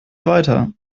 weiter